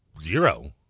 zero